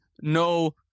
no